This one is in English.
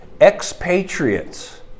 expatriates